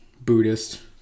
Buddhist